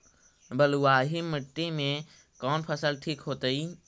बलुआही मिट्टी में कौन फसल ठिक होतइ?